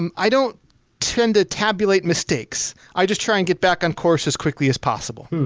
and i don't tend to tabulate mistakes. i just try and get back on course as quickly as possible.